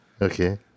Okay